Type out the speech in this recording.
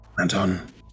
Anton